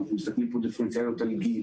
אנחנו מסתכלים דיפרנציאלית על גיל